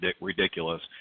ridiculous